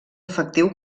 efectiu